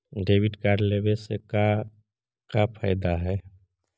Debit card लेवे से का का फायदा है?